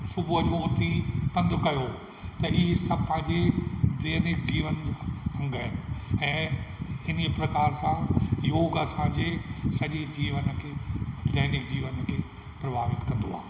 सुबुह जो उथी पंधु कयो त इहे सभु पंहिंजे दैनिक जीवन जा अंग आहिनि ऐं इन्हीअ प्रकार सां योगु असां जे सॼे जीवन खे दैनिक जीवन खे प्रभावित कंदो आहे